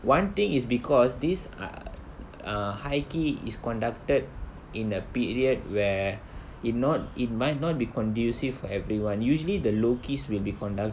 one thing is because these a~ uh high key is conducted in a period where it not it might not be conducive for everyone usually the low keys will be conduct~